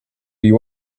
you